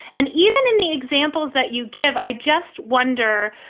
and even in the examples that you give, i just wonder,